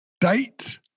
date